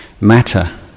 matter